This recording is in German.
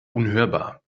unhörbar